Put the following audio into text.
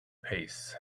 pace